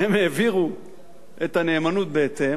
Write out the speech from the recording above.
הם העבירו את הנאמנות בהתאם,